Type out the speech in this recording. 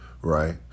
right